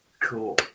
Cool